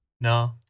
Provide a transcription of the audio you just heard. no